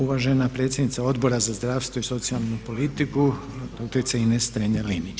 Uvažena predsjednica Odbora za zdravstvo i socijalnu politiku, doktorica Ines Strenja Linić.